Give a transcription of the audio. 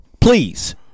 please